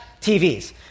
TVs